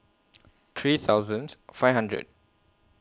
three thousands five hundred